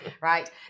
Right